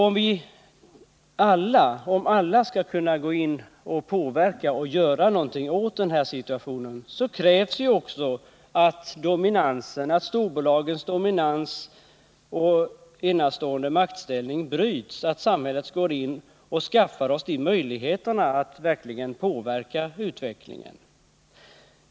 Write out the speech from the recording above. Om alla skall kunna vara med och göra någonting åt den här situationen, så krävs också att storbolagens dominans och enastående maktställning bryts, att samhället ger oss möjligheterna att verkligen påverka utvecklingen.